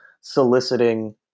soliciting